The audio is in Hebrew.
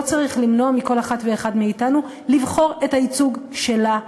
לא צריך למנוע מכל אחת ואחד מאתנו לבחור את הייצוג שלה,